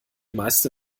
meiste